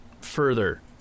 further